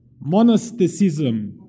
monasticism